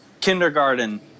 kindergarten